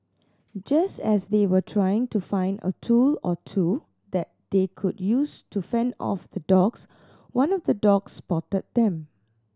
just as they were trying to find a tool or two that they could use to fend off the dogs one of the dogs spotted them